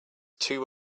too